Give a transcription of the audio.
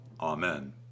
Amen